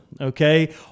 okay